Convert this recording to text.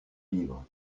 livre